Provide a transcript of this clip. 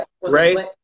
Right